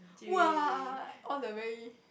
!wah! all the very